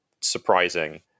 surprising